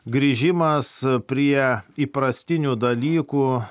grįžimas prie įprastinių dalykų